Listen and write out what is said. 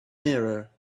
mirror